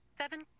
Seven